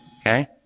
Okay